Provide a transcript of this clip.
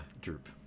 Droop